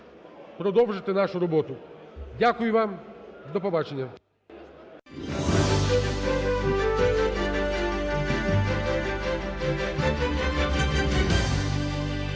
продовжити нашу роботу. Дякую вам. До побачення.